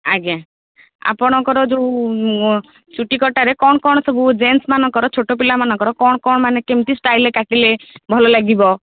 ଆଜ୍ଞା ଆପଣଙ୍କର ଯେଉଁ ଚୁଟି କଟାରେ କ'ଣ କ'ଣ ସବୁ ଜେନ୍ଟସମାନଙ୍କର ଛୋଟ ପିଲାମାନଙ୍କର କ'ଣ କ'ଣ ମାନେ କେମିତି ଷ୍ଟାଇଲରେ କାଟିଲେ ଭଲ ଲାଗିବ